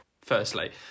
Firstly